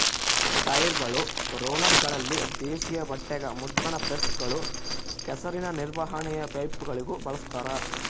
ಟೈರ್ಗಳು ರೋಲರ್ಗಳಲ್ಲಿ ದೇಶೀಯ ಬಟ್ಟೆಗ ಮುದ್ರಣ ಪ್ರೆಸ್ಗಳು ಕೆಸರಿನ ನಿರ್ವಹಣೆಯ ಪೈಪ್ಗಳಿಗೂ ಬಳಸ್ತಾರ